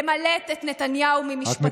מעניין אתכם אך ורק דבר אחד: למלט את נתניהו ממשפטו,